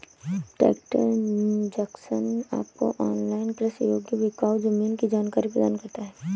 tractor Junction आपको online कृषि योग्य बिकाऊ जमीन की जानकारी प्रदान करता है